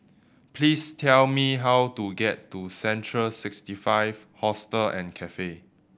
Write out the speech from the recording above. please tell me how to get to Central Sixty Five Hostel and Cafe